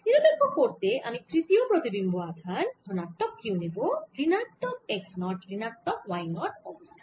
নিরপেক্ষ করতে আমি তৃতীয় প্রতিবিম্ব আধান ধনাত্মক q নেব ঋণাত্মক x নট ঋণাত্মক y নট অবস্থানে